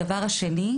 הדבר השני,